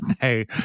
hey